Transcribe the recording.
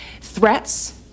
threats